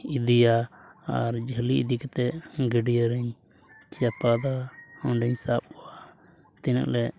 ᱤᱫᱤᱭᱟ ᱟᱨ ᱡᱷᱟᱹᱞᱤ ᱤᱫᱤ ᱠᱟᱛᱮᱫ ᱜᱟᱹᱰᱭᱟᱹ ᱨᱮᱧ ᱪᱟᱯᱟᱫᱟ ᱚᱸᱰᱮᱧ ᱥᱟᱵ ᱠᱚᱣᱟ ᱛᱤᱱᱟᱹᱜ ᱞᱮ